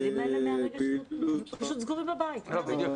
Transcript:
אם לשלוח את הילד לפעילות אחר הצוהריים,